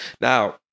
Now